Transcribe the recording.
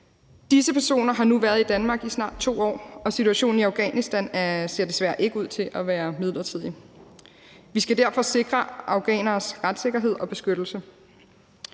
Disse personer har nu været i Danmark i snart 2 år, og situationen i Afghanistan ser desværre ikke ud til at være midlertidig. Vi skal derfor sikre afghaneres retssikkerhed og beskyttelse.